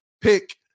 pick